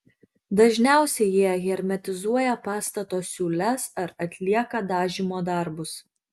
dažniausiai jie hermetizuoja pastato siūles ar atlieka dažymo darbus